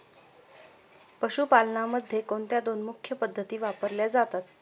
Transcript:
पशुपालनामध्ये कोणत्या दोन मुख्य पद्धती वापरल्या जातात?